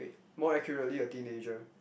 more accurately a teenager